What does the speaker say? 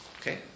okay